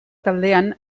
taldean